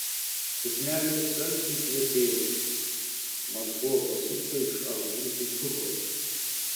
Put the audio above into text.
suknelė saldžiai kvepėjo mat buvo pasiūta iš arbūzų cukraus